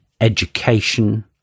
education